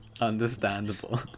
understandable